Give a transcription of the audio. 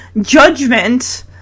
judgment